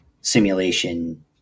simulation